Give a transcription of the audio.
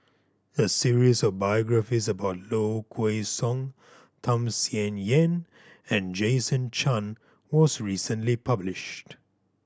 a series of biographies about Low Kway Song Tham Sien Yen and Jason Chan was recently published